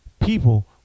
people